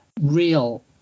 real